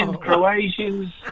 croatians